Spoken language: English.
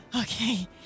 Okay